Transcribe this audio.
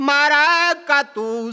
Maracatu